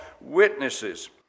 witnesses